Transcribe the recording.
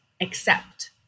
accept